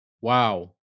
Wow